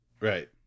Right